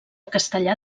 castellar